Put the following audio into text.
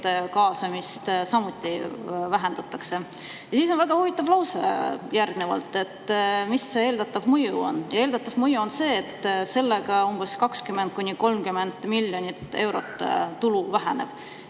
kaasamist samuti vähendatakse. Ja väga huvitav lause on selle kohta, mis see eeldatav mõju on. Eeldatav mõju on see, et sellega 20–30 miljonit eurot tulu väheneb.